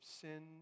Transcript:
sin